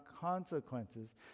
consequences